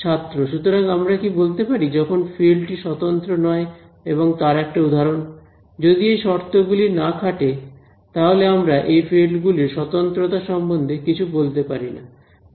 ছাত্র সুতরাং আমরা কি বলতে পারি যখন ফিল্ড টি স্বতন্ত্র নয় এবং তার একটা উদাহরণ যদি এই শর্তগুলি না খাটে তাহলে আমরা এই ফিল্ড গুলির স্বতন্ত্রতা সম্বন্ধে কিছু বলতে পারিনা